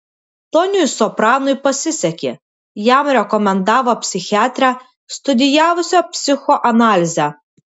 toniui sopranui pasisekė jam rekomendavo psichiatrę studijavusią psichoanalizę